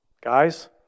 Guys